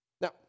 Now